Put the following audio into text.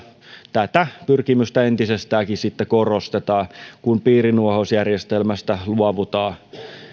tätä pyrkimystä entisestäänkin korostetaan kun piirinuohousjärjestelmästä luovutaan